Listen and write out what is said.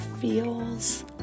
feels